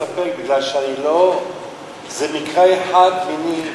אני לא מסתפק מפני שזה מקרה אחד מני רבים,